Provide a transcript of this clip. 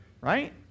Right